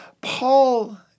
Paul